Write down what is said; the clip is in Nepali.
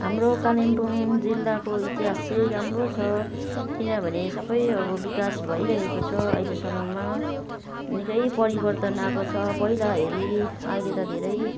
हाम्रो कालिम्पोङ जिल्लाको इतिहास चाहिँ राम्रो छ किनभने सबै अब विकास भइरहेको छ अहिलेसम्ममा निकै परिवर्तन आएको छ पहिला हेरी अहिले त धेरै